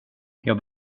jag